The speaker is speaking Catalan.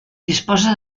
disposa